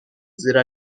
زیرا